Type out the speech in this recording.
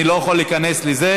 אני לא יכול להיכנס לזה.